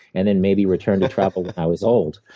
and then maybe return to travel when i was old.